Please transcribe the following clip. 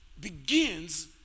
begins